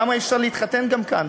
למה אי-אפשר גם להתחתן כאן?